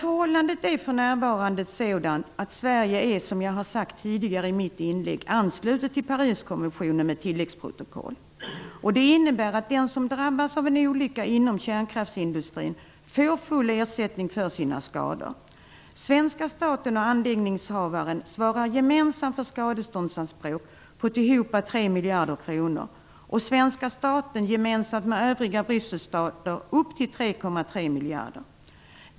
Förhållandet är för närvarande sådant att Sverige är, som jag sagt tidigare i mitt inlägg, anslutet till Pariskonventionen med tilläggsprotokoll. Detta innebär att den som drabbas av en olycka inom kärnkraftsindustrin får full ersättning för sina skador. Svenska staten och anläggningsinnehavaren svarar gemensamt för skadeståndsanspråk på totalt 3 miljarder kronor och svenska staten gemensamt med övriga Brysselstater upp till 3,3 miljarder.